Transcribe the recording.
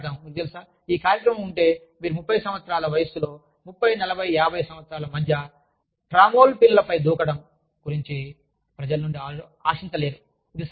మనము మాట్లాడతాము మీకు తెలుసా ఈ కార్యక్రమం ఉంటే మీరు 30 సంవత్సరాల వయస్సులో 30 40 50 సంవత్సరాల మధ్య ట్రామ్పోలిన్లపై దూకడం గురించి ప్రజలను నుండి ఆశించలేరు